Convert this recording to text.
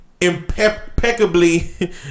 impeccably